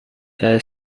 saya